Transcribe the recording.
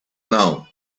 now